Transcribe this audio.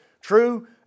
true